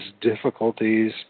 difficulties